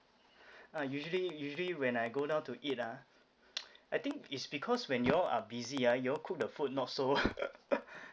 ah usually usually when I go down to eat ah I think is because when you all are busy ah you all cook the food not so